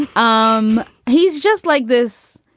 um he's just like this.